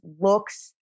looks